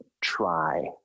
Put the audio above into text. try